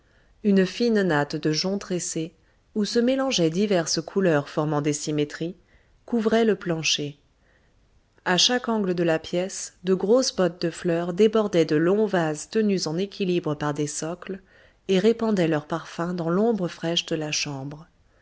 une fine natte de joncs tressés où se mélangeaient diverses couleurs formant des symétries couvrait le plancher à chaque angle de la pièce de grosses bottes de fleurs débordaient de longs vases tenus en équilibre par des socles et répandaient leurs parfums dans l'ombre fraîche de la chambre